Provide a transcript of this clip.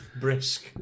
Brisk